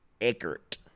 eckert